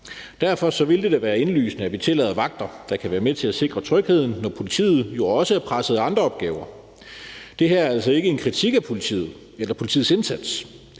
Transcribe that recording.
Derfor ville det da være indlysende, at vi tillader vagter, der kan være med til at sikre trygheden, når politiet jo også er presset af andre opgaver. Det her er altså ikke en kritik af politiet eller